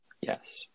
Yes